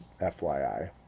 FYI